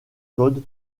code